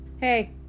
Hey